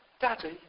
Daddy